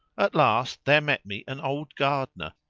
at last there met me an old gardener.